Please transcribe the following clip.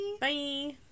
Bye